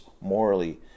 morally